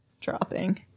dropping